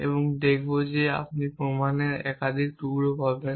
এবং দেখব যে আপনি প্রমাণের একাধিক টুকরো পাবেন